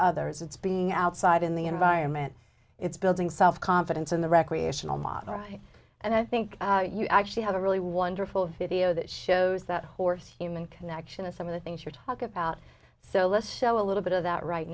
others it's being outside in the environment it's building self confidence in the recreational model and i think you actually have a really wonderful video that shows that or human connection to some of the things you're talking about so let's show a little bit of that right